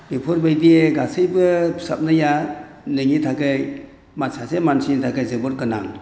बेफोरबायदियै गासैबो फोसाबनाया नोंनि थाखाय एबा सासे मानसिनि थाखाय जोबोद गोनां